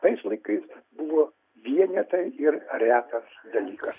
tais laikais buvo vienetai ir retas dalykas